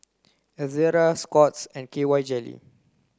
Ezerra Scott's and K Y jelly